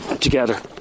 together